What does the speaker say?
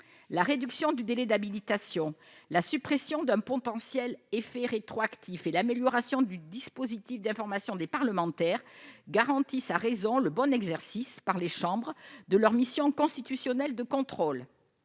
la réduction du délai d'habilitation, la suppression d'un potentiel effet rétroactif et l'amélioration du dispositif d'information des parlementaires garantissent à raison le bon exercice par les chambres de leur mission constitutionnelle de contrôle.